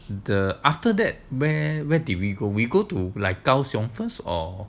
the after that where where did we go we go to like gaoxiong first or